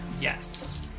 Yes